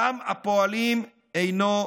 דם הפועלים אינו הפקר.